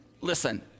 Listen